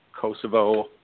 Kosovo